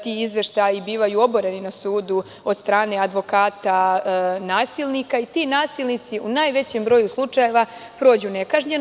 Ti izveštaji bivaju oboreni na sudu od strane advokata nasilnika i ti nasilnici u najvećem broju slučajeva prođu nekažnjeno.